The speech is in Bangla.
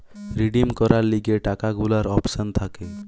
রিডিম করার লিগে টাকা গুলার অপশন থাকে